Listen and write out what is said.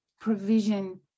provision